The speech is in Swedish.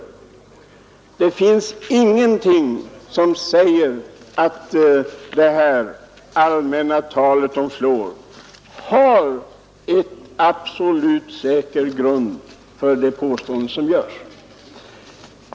Men det finns ingenting i det här allmänna talet om fluor som säger att vi har en absolut säker grund för de påståenden som görs.